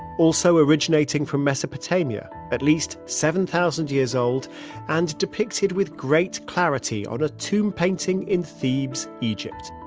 also originating from mesopotamia, at least seven thousand years old and depicted with great clarity on a tomb painting in thebes, egypt.